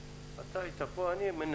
טיבי.